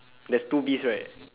there's two bees right